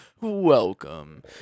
Welcome